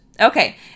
Okay